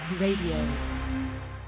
RADIO